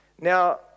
Now